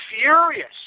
furious